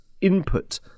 input